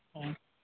ᱦᱚᱸ